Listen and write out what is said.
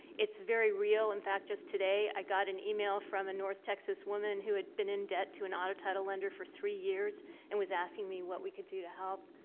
it's very real. in fact, just today, i got an email from a north texas woman who had been in debt to an auto title lender for three years and was asking me what we could do to help.